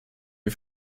wir